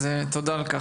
אז תודה על כך.